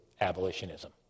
abolitionism